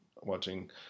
watching